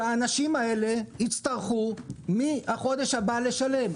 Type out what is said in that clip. שהאנשים האלה יצטרכו מהחודש הבא לשלם.